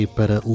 para